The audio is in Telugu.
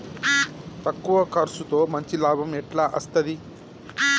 తక్కువ కర్సుతో మంచి లాభం ఎట్ల అస్తది?